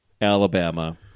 Alabama